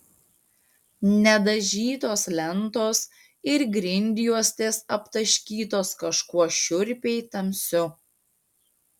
nedažytos lentos ir grindjuostės aptaškytos kažkuo šiurpiai tamsiu